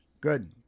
good